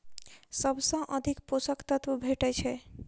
सबसँ अधिक पोसक तत्व भेटय छै?